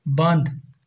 بنٛد